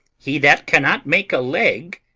he that cannot make a leg,